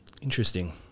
interesting